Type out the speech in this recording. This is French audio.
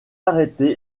arrêté